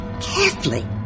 carefully